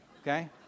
Okay